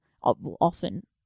often